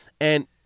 And-